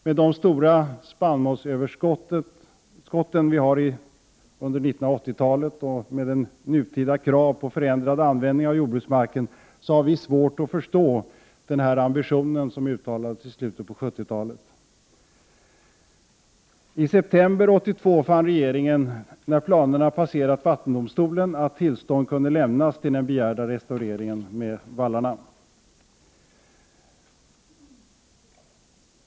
Med de stora spannmålsöverskott vi haft under 1980-talet och med nutida krav på förändrad användning av jordbruksmarken har vi svårt att förstå denna ambition, som uttalades i slutet av 1970-talet. I september 1982 fann regeringen när planerna passerat vattendomstolen att tillstånd kunde lämnas till den begärda restaureringen, med vallar.